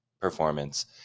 Performance